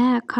ek